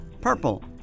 purple